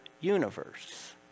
universe